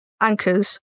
anchors